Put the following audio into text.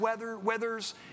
weathers